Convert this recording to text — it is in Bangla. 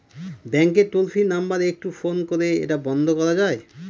ব্যাংকের টোল ফ্রি নাম্বার একটু ফোন করে এটা বন্ধ করা যায়?